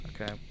Okay